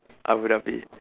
Abu Dhabi